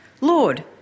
Lord